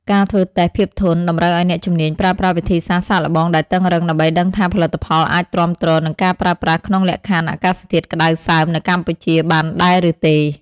ការធ្វើតេស្តភាពធន់ តម្រូវឱ្យអ្នកជំនាញប្រើប្រាស់វិធីសាស្ត្រសាកល្បងដែលតឹងរ៉ឹង ដើម្បីដឹងថាផលិតផលអាចទ្រាំទ្រនឹងការប្រើប្រាស់ក្នុងលក្ខខណ្ឌអាកាសធាតុក្តៅសើមនៅកម្ពុជាបានដែរឬទេ។